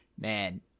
Man